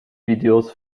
videos